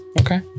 okay